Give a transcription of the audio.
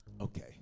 Okay